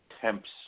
temps